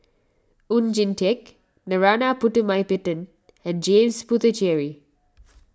Oon Jin Teik Narana Putumaippittan and James Puthucheary